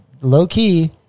low-key